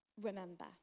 remember